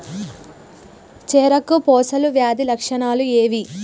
చెరుకు పొలుసు వ్యాధి లక్షణాలు ఏవి?